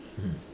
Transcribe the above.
hmm